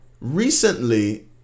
recently